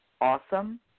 awesome